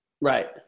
Right